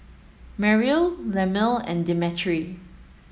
Merrill Lemuel and Demetri